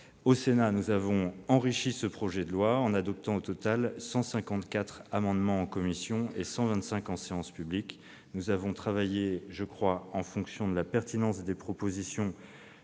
Le Sénat a enrichi ce projet de loi en adoptant, au total, 154 amendements en commission et 125 amendements en séance publique. Nous avons travaillé en fonction de la pertinence des propositions